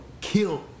kill